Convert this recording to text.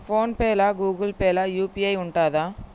Phone pay లా Google Pay లా UPI ఉంటదా?